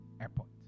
airport